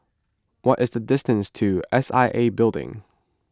what is the distance to S I A Building